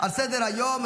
על סדר-היום,